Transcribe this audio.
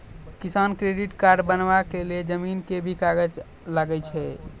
किसान credit card बनबा के लेल जमीन के भी कागज लागै छै कि?